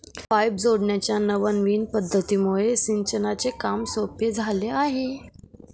pipe जोडण्याच्या नवनविन पध्दतीमुळे सिंचनाचे काम सोपे झाले आहे